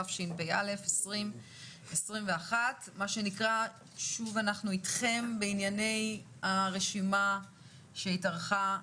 התשפ"א 2021. שוב אנחנו איתכם בענייני הרשימה שהתארכה,